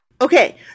okay